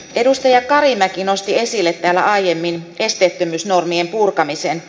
edustaja karimäki nosti esille täällä aiemmin esteettömyysnormien purkamisen